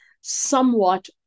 somewhat